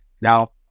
Now